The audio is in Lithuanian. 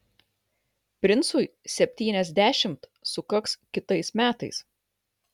princui septyniasdešimt sukaks kitais metais